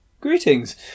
greetings